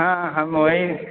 हँ हम ओहि